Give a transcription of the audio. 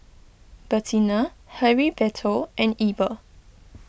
Bertina Heriberto and Eber